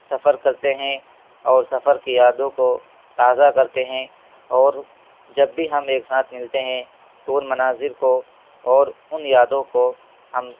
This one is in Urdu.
سفر کرتے ہیں اور سفر کی یادوں کو تازہ کرتے ہیں اور جب بھی ہم ایک ساتھ ملتے ہیں تو ان مناظر کو اور ان یادوں کو ہم